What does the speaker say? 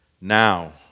now